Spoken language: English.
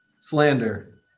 slander